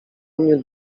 mnie